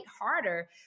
harder